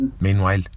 meanwhile